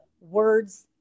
words